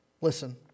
Listen